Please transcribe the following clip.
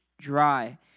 dry